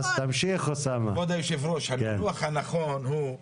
תמשיך, אוסאמה.